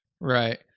Right